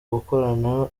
gukurana